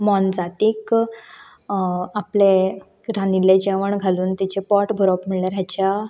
मोनजातीक आपलें रांदिल्लें जेवण घालून तेचें पोट भरप म्हणल्यार हेच्या